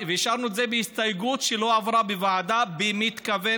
השארנו את זה כהסתייגות שלא עברה בוועדה במתכוון,